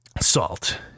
salt